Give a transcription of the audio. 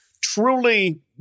truly